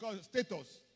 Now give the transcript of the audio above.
status